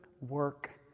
Work